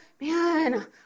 man